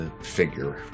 figure